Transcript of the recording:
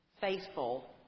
faithful